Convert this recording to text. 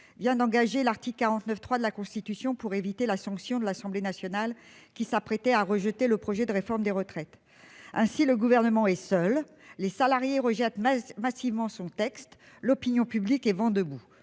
vient d'engager l'article 49.3 de la Constitution pour éviter la sanction de l'Assemblée nationale, qui s'apprêtait à rejeter le projet de réforme des retraites. Ainsi, le Gouvernement est seul : les salariés rejettent massivement son texte ; l'opinion publique est vent debout